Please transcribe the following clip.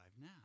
now